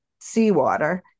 seawater